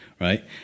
right